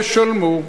ישלמו.